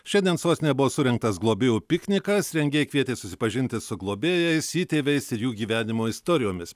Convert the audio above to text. šiandien sostinėje buvo surengtas globėjų piknikas rengėjai kvietė susipažinti su globėjais įtėviais ir jų gyvenimo istorijomis